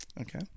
Okay